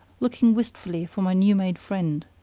looking wistfully for my new-made friend.